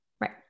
right